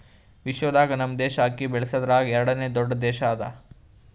ವಿಶ್ವದಾಗ್ ನಮ್ ದೇಶ ಅಕ್ಕಿ ಬೆಳಸದ್ರಾಗ್ ಎರಡನೇ ದೊಡ್ಡ ದೇಶ ಅದಾ